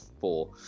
four